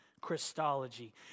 Christology